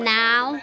now